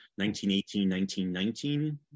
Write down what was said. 1918-1919